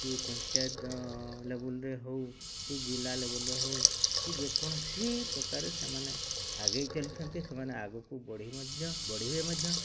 କି ପଞ୍ଚାୟତ ଲେବୁଲରେ ହେଉ କି ଜିଲ୍ଲା ଲେବୁଲରେ ହେଉ କି ଯେ କୌଣସି ପ୍ରକାର ସେମାନେ ଆଗେଇ ଚାଲିଛନ୍ତି ସେମାନେ ଆଗକୁ ବଢ଼ି ମଧ୍ୟ ବଢ଼ିବେ ମଧ୍ୟ